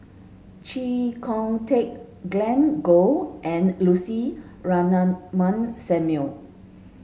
Chee Kong Tet Glen Goei and Lucy Ratnammah Samuel